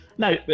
No